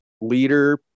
leader